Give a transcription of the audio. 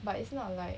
but it's not like